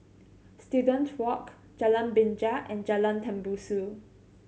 Student Walk Jalan Binja and Jalan Tembusu